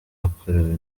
yakorewe